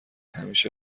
همیشه